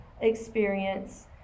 experience